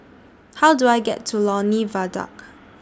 How Do I get to Lornie Viaduct